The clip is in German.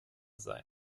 sein